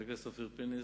חבר הכנסת אופיר פינס,